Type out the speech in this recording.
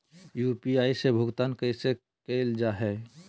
UPI से भुगतान कैसे कैल जहै?